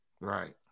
right